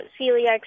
celiac